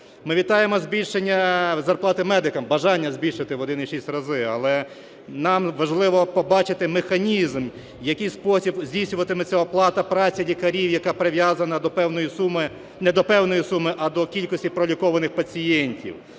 Ми вітаємо збільшення зарплати медикам, бажання збільшити в 1,6 разу. Але нам важливо побачити механізм, в який спосіб здійснюватиметься оплата праці лікарів, яка прив'язана до певної суми, не до певної суми, а до кількості пролікованих пацієнтів.